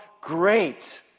great